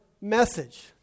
message